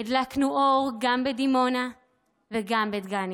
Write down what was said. הדלקנו אור גם בדימונה וגם בדגניה"